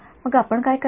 मग आपण काय कराल